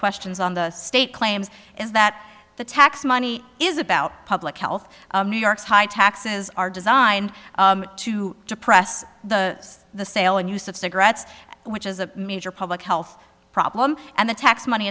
questions on the state claims is that the tax money is about public health new york's high taxes are designed to depress the the sale and use of cigarettes which is a major public health problem and the tax money